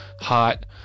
hot